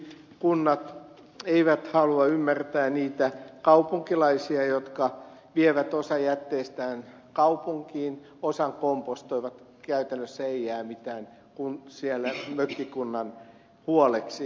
kunnat eivät halua ymmärtää niitä kaupunkilaisia jotka vievät osan jätteistään kaupunkiin osan kompostoivat käytännössä ei jää mitään siellä mökkikunnan huoleksi